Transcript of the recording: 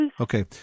Okay